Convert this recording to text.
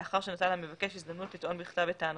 לאחר שנתן למבקש הזדמנות לטעון בכתב את טענותיו: